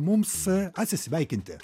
mums atsisveikinti